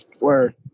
Word